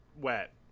wet